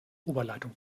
oberleitung